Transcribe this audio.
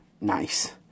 nice